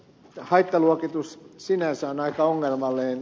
haittaluokitus sinänsä on aika ongelmallinen